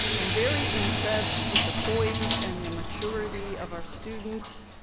i'm very impressed with the poise and the maturity of our students,